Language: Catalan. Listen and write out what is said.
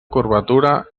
curvatura